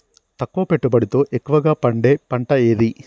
తక్కువ పెట్టుబడితో ఎక్కువగా పండే పంట ఏది?